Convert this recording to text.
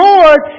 Lord